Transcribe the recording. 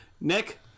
Nick